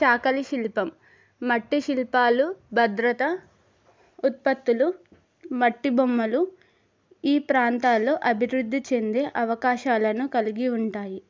చాకలి శిల్పం మట్టి శిల్పాలు భద్రత ఉత్పత్తులు మట్టి బొమ్మలు ఈ ప్రాంతాల్లో అభివృద్ధి చెందే అవకాశాలను కలిగి ఉంటాయి